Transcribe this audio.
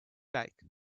like